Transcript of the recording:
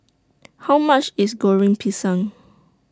How much IS Goreng Pisang